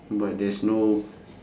but there's no